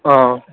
ആ